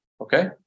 okay